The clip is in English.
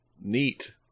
Neat